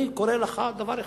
אני קורא לך בדבר אחד,